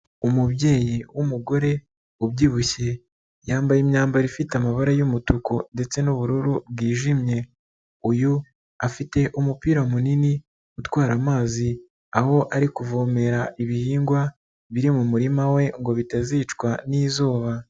Umubyeyi w'umugore ubyibushye yambaye imyambaro ifite amabara y'umutuku ndetse n'ubururu bwijimye, uyu afite umupira munini utwara amazi, aho ari kuvomera ibihingwa biri mu murima we ngo bitazicwa n'izuba.